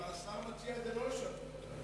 אבל השר לא מציע לשנות את זה.